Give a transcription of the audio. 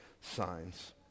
signs